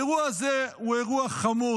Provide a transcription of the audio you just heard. האירוע הזה הוא אירוע חמור,